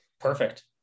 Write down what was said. Perfect